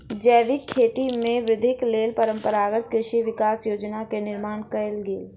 जैविक खेती में वृद्धिक लेल परंपरागत कृषि विकास योजना के निर्माण कयल गेल